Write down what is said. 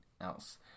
else